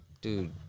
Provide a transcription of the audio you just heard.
Dude